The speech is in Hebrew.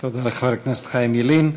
תודה לחבר הכנסת חיים ילין.